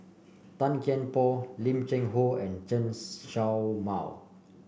Tan Kian Por Lim Cheng Hoe and Chen Show Mao